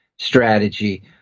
strategy